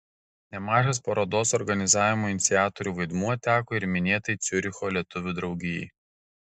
nemažas parodos organizavimo iniciatorių vaidmuo teko ir minėtai ciuricho lietuvių draugijai